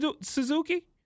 Suzuki